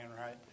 right